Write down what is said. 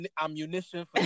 ammunition